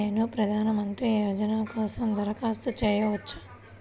నేను ప్రధాన మంత్రి యోజన కోసం దరఖాస్తు చేయవచ్చా?